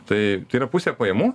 tai tai yra pusė pajamų